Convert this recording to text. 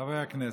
חברי הכנסת,